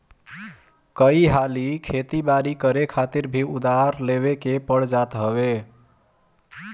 कई हाली खेती बारी करे खातिर भी उधार लेवे के पड़ जात हवे